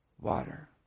water